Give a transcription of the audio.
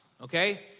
okay